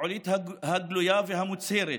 הפעילות הגלויה והמוצהרת